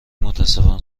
متاسفم